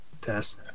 Test